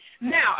Now